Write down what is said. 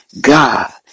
God